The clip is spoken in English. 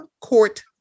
Court